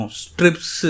strips